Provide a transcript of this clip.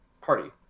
party